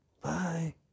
Bye